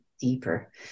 deeper